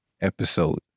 episode